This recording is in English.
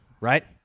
right